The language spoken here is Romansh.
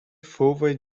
fuva